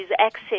access